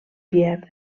pierre